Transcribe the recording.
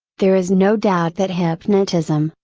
there is no doubt that hypnotism,